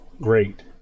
great